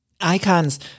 Icons